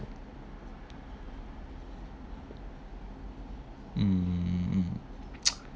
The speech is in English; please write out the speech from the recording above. hmm